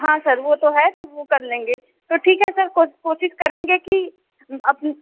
हाँ सर वो ताे है तो वो कर लेंगे तो ठीक है सर कोशिश करेंगे कि हम अप